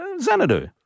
Xanadu